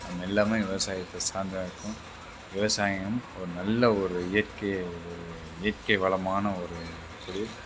நம் எல்லாமே விவசாயத்தை சார்ந்து தான் இருக்கோம் விவசாயம் ஒரு நல்ல ஒரு இயற்கை இயற்கை வளமான ஒரு தொழில்